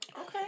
Okay